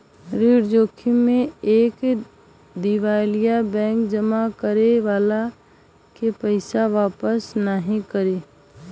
ऋण जोखिम में एक दिवालिया बैंक जमा करे वाले के पइसा वापस नाहीं करी